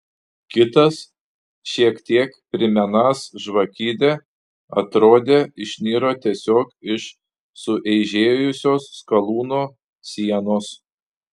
kitas šiek tiek primenąs žvakidę atrodė išniro tiesiog iš sueižėjusios skalūno sienos